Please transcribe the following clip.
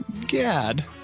Gad